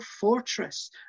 fortress